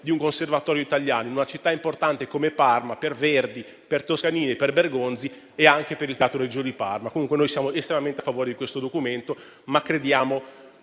di un conservatorio italiano in una città importante come Parma per Verdi, per Toscanini, per Bergonzi e anche per il suo Teatro Regio. Ribadisco che comunque siamo estremamente favorevoli al documento in esame,